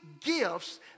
gifts